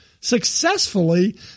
successfully